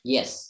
Yes